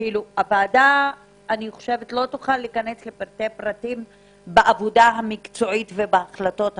הוועדה לא תוכל להיכנס לכל פרטי העבודה המקצועית וההחלטות המקצועיות.